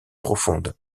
profondes